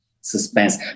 Suspense